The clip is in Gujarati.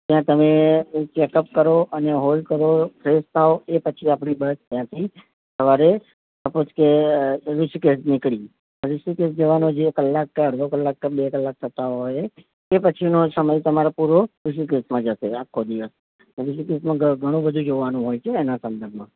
ત્યાં તમે ચેકઅપ કરો અને હોલ્ડ કરો ફ્રેશ થાઓ એ પછી આપણી બસ ત્યાંથી સવારે સપોઝ કે ઋષિકેશ નીકળી અને ઋષિકેશ જવાનો જે કલાક કે અડધો કલાક કે બે કલાક થતા હોય એ પછીનો સમય તમારે પૂરો ઋષિકેશમાં જશે આખો દિવસ તો પછી ઘણું બધું જોવાનું હોય છે એના સંદર્ભમાં